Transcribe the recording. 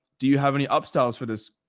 do you have any upsells for this?